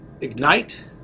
Ignite